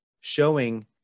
showing